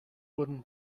wooden